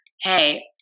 Hey